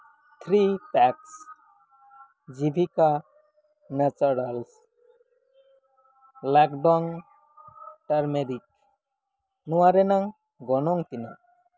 three packs Jibika naturals Lakadong turmeric ᱱᱚᱣᱟ ᱨᱮᱱᱟᱜ ᱜᱚᱱᱚᱝ ᱛᱤᱱᱟᱹᱜ